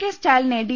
K സ്റ്റാലിനെ D